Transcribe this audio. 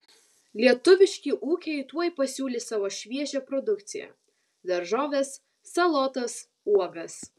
lietuviški ūkiai tuoj pasiūlys savo šviežią produkciją daržoves salotas uogas